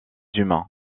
humains